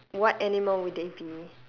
what animal would they be